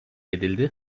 edildi